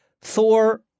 Thor